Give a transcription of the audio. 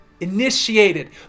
initiated